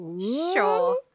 Sure